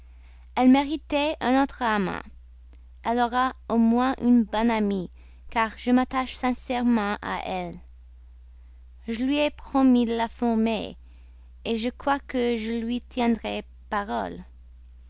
elle méritait un autre amant elle aura au moins une bonne amie car je m'attache sincèrement à elle je lui ai promis de la former je crois que je lui tiendrai parole